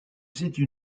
situe